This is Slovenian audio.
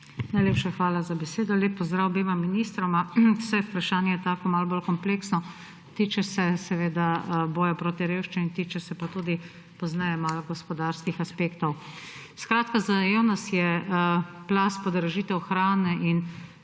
Najlepša hvala za besedo. Lep pozdrav obema ministroma! Vprašanje je malo bolj kompleksno, tiče se boja proti revščini, tiče se pa tudi, pozneje malo, gospodarskih aspektov. Zajel nas je plaz podražitev hrane in